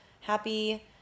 happy